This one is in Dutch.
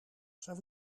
zou